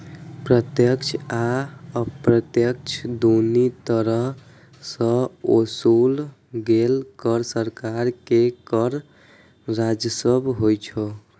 प्रत्यक्ष आ अप्रत्यक्ष, दुनू तरह सं ओसूलल गेल कर सरकार के कर राजस्व होइ छै